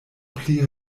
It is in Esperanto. pli